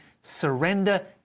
surrender